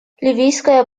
ливийское